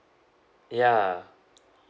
ya